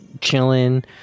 chilling